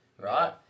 right